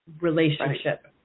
relationship